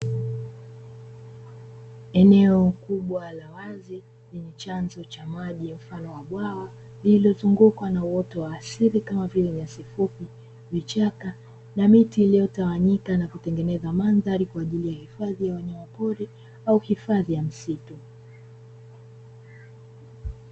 Eneo kubwa la wazi lenye chanzo cha maji mfano wa bwawa lililozungukwa na uoto wa asili kama vile nyasi fupi, vichaka na miti iliyo tawanyika na kutengeneza mandhari kwa juu ya hifadhi ya wanyamapori au hifadhi ya msitu.